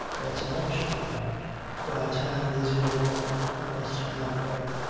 that's enough, she replied god's hand is in it all i must now go.